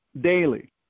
daily